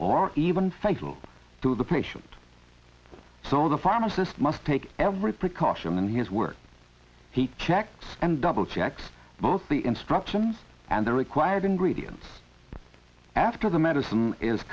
or even fatal to the patient so the pharmacist must take every precaution in his work he checked and double checked both the instructions and the required ingredients after the medicine is